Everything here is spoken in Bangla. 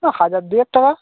হাজার দুয়েক টাকা